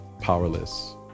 powerless